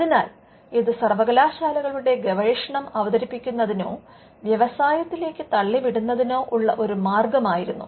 അതിനാൽ ഇത് സർവ്വകലാശാലകളുടെ ഗവേഷണം അവതരിപ്പിക്കുന്നതിനോ വ്യവസായത്തിലേക്ക് തള്ളിവിടുന്നതിനോ ഉള്ള ഒരു മാർഗമായിരുന്നു